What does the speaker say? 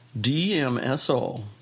DMSO